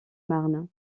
marne